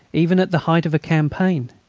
even at the height of a campaign.